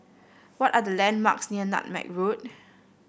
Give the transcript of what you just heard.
what are the landmarks near Nutmeg Road